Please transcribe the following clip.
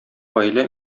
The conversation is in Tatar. гаилә